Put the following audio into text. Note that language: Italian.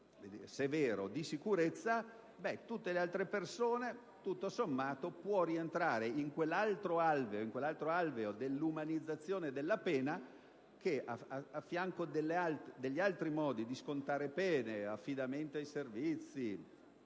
severo di sicurezza, tutte le altre persone tutto sommato possano rientrare in quell'altro alveo dell'umanizzazione della pena e che, a fianco degli altri modi di scontare le pene che conosciamo (affidamento ai servizi